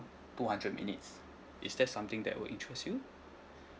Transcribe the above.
two hundred minutes is that something that would interest you